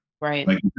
Right